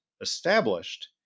established